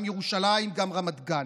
גם ירושלים וגם רמת גן.